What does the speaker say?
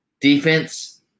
Defense